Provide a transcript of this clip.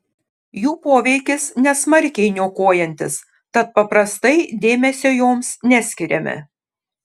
jų poveikis nesmarkiai niokojantis tad paprastai dėmesio joms neskiriame